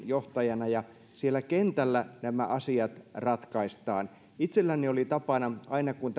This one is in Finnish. johtajana ja siellä kentällä nämä asiat ratkaistaan itselläni oli tapana että aina kun